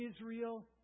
Israel